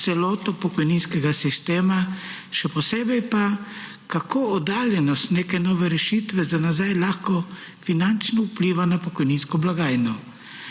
celoto pokojninskega sistema, še posebej kako oddaljenost neke nove rešitve za nazaj lahko finančno vpliva na pokojninsko blagajno.